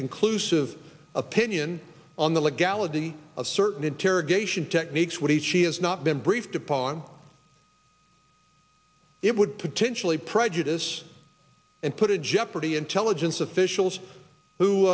conclusive opinion on the legality of certain interrogation techniques what he she has not been briefed upon it would potentially prejudice and put in jeopardy intelligence officials who